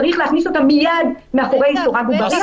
צריך להכניס אותה מיד מאחורי סורג ובריח?